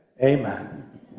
Amen